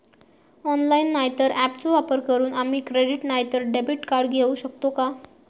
Online नाय तर ऍपचो वापर करून आम्ही क्रेडिट नाय तर डेबिट कार्ड घेऊ शकतो का?